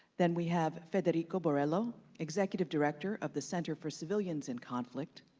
then we have federico borello, executive director of the center for civilians in conflict,